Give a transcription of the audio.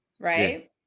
right